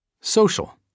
Social